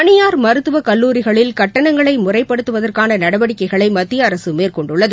தனியார் மருத்துவக்கல்லூரிகளில் கட்டணங்களைமுறைப்படுத்தவதற்கானநடவடிக்கைகளைமத்திய அரசுமேற்கொண்டுள்ளது